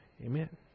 Amen